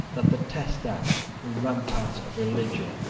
that the test act, the rampart of religion,